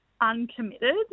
uncommitted